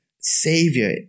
savior